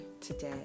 today